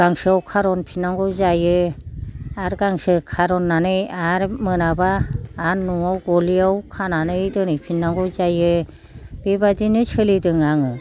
गांसोआव खारनफिननांगौ जायो आरो गांसो खारनानै आर मोनाबा आरो न'आव गलियाव खानानै दोनहै फिननांगौ जायो बेबादिनो सोलिदों आङो